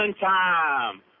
time